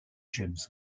james